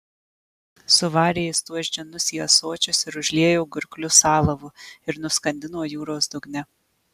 suvarė jis tuos džinus į ąsočius ir užliejo gurklius alavu ir nuskandino jūros dugne